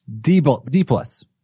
D-plus